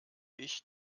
ich